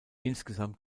insgesamt